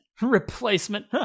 Replacement